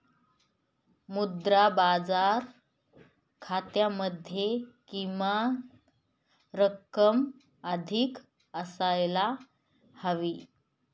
मुद्रा बाजार खात्यामध्ये किमान रक्कम अधिक असायला हवी